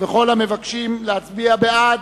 כל המבקשים להצביע בעד,